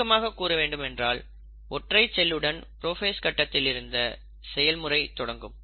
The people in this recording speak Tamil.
சுருக்கமாக கூற வேண்டும் என்றால் ஒற்றைச் செல்லுடன் புரோஃபேஸ் கட்டத்தில் இந்த செயல்முறை தொடங்கும்